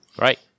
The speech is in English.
Right